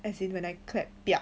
as in when I clap